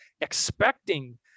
expecting